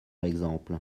exemple